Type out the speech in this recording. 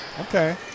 Okay